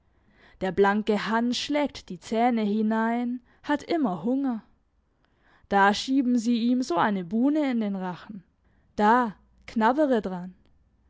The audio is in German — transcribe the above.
der blanke hans schlägt die zähne hinein hat immer hunger da schieben sie ihm so eine buhne in den rachen da knabbere dran